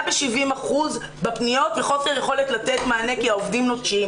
ב-70% בפניות וחוסר יכולת לתת מענה כי העובדים נוטשים,